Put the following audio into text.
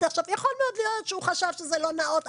יכול מאוד להיות שהוא חשב שזה לא נאות,